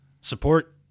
support